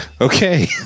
Okay